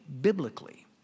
biblically